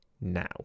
now